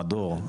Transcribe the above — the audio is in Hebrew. מדור,